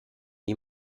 die